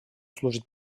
служить